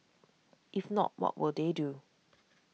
if not what will they do